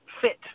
fit